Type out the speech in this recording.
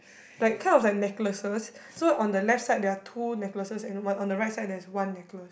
like kind of like necklaces so on the left side there are two necklaces and one on the right side there's one necklace